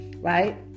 Right